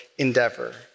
endeavor